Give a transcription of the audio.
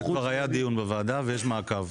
על זה כבר היה דיון בוועדה ויש מעקב.